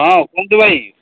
ହଁ କୁହନ୍ତୁ ଭାଇ